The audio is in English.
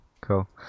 cool